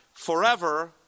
Forever